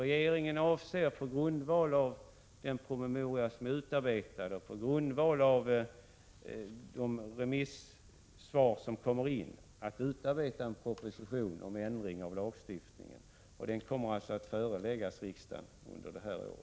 Regeringen avser att, på grundval av den Aag 7 promemoria som har utarbetats och de remissvar som kommer in, lägga fram en proposition om ändring av lagstiftningen. Den kommer att föreläggas riksdagen i år.